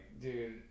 dude